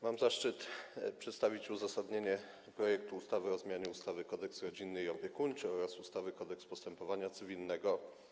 Mam zaszczyt przedstawić uzasadnienie projektu ustawy o zmianie ustawy Kodeks rodzinny i opiekuńczy oraz ustawy Kodeks postepowania cywilnego.